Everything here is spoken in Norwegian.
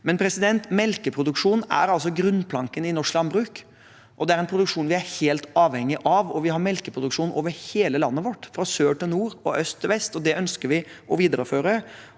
flere runder. Melkeproduksjon er grunnplanken i norsk landbruk, og det er en produksjon vi er helt avhengige av. Vi har melkeproduksjon over hele landet vårt, fra sør til nord og fra øst til vest, og det ønsker vi å videreføre.